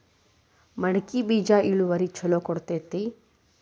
ಮಡಕಿ ಬೇಜ ಇಳುವರಿ ಛಲೋ ಕೊಡ್ತೆತಿ?